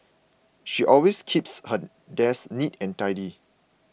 she always keeps her desk neat and tidy